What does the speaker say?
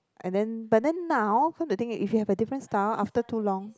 and then but then now cause the thing if you have a different style after too long